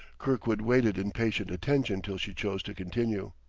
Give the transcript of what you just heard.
kirkwood waited in patient attention till she chose to continue.